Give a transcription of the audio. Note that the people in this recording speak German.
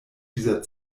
dieser